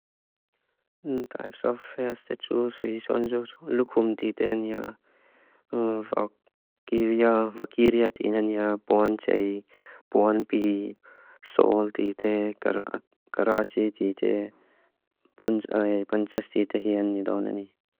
Types of statues, lukhum di tenea, vakiria, vakiria tenea, buan tsei, buan pii, sol di tei, karachi di tei, bun tsei, panchas di tei, hien ni dauneni.